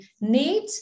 need